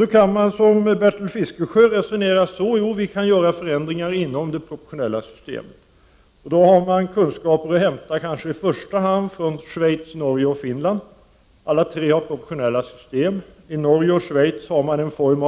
Man kan då som Bertil Fiskesjö resonera så, att förändringar kan göras inom ramen för det proportionella systemet. Då kan man hämta kunskaper kanske i första hand från Schweiz, Norge och Finland. Alla dessa tre länder har proportionella system. I Norge och i Schweiz har man en form